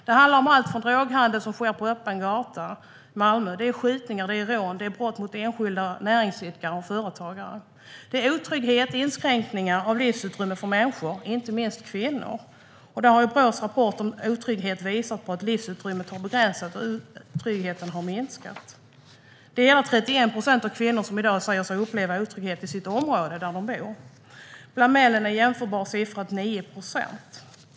Det handlar om allt från droghandel som sker på öppen gata i Malmö till skjutningar, rån och brott mot enskilda och näringsidkare och företagare. Det är otrygghet och inskränkningar av livsutrymmet för människor, inte minst kvinnor. Brås rapport om otrygghet visar att livsutrymmet har begränsats och tryggheten har minskat. 31 procent av kvinnorna säger sig i dag uppleva otrygghet i området där de bor. Bland männen är samma siffra 9 procent.